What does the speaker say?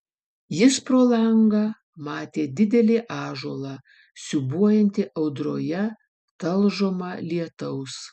jis pro langą matė didelį ąžuolą siūbuojantį audroje talžomą lietaus